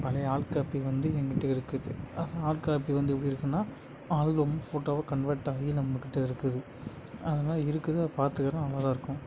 பழைய ஹார்ட்காப்பி வந்து எங்கிட்ட இருக்குது அது ஹார்ட்காப்பி வந்து எப்படி இருக்குன்னா ஆல்பம் ஃபோட்டோவாக கன்வெர்ட் ஆகி நம்பக்கிட்ட இருக்குது அதெல்லாம் இருக்குது அதை பார்த்துக்குறோம் அழகா இருக்கும்